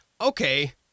okay